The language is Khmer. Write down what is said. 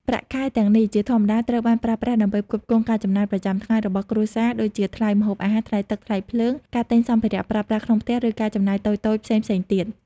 ប្រាក់ខែទាំងនេះ ជាធម្មតាត្រូវបានប្រើប្រាស់ដើម្បីផ្គត់ផ្គង់ការចំណាយប្រចាំថ្ងៃរបស់គ្រួសារ ដូចជាថ្លៃម្ហូបអាហារ ថ្លៃទឹក ថ្លៃភ្លើង ការទិញសម្ភារៈប្រើប្រាស់ក្នុងផ្ទះ ឬការចំណាយតូចៗផ្សេងៗទៀត។